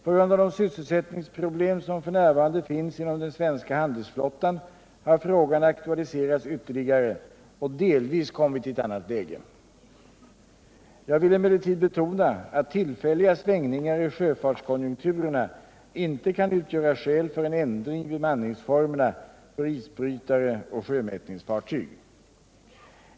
På grund av de sysselsättningsproblem som f.n. finns inom den svenska handelsflottan har frågan aktualiserats ytterligare och delvis kommit i ett annat läge. Jag vill emellertid betona att tillfälliga svängningar i sjöfartskonjunkturerna inte kan utgöra skäl för en ändring i bemanningsformerna för isbrytare och sjömätningsfartyg.